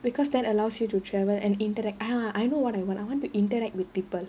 because that allows you to travel and interact uh I know what I want I want to interact with people